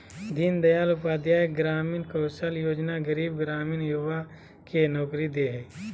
दीन दयाल उपाध्याय ग्रामीण कौशल्य योजना गरीब ग्रामीण युवा के नौकरी दे हइ